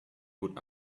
would